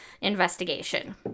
investigation